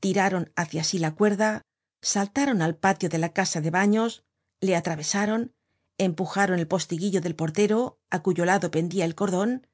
tiraron hácia sí la cuerda saltaron al patio de la casa de baños le atravesaron empujaron el post guillo del portero á cuyo lado pendia el cordon